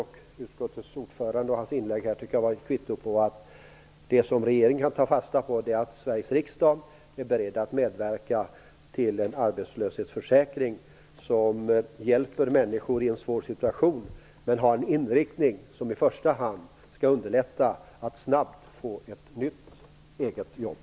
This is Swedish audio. Jag tycker att inlägget från utskottets ordförande är ett kvitto på att det som regeringen har att ta fasta på är att Sveriges riksdag är beredd att medverka till en arbetslöshetsförsäkring som hjälper människor i en svår situation. Den bör i första hand inriktas på att underlätta för människor att snabbt få ett nytt eget jobb.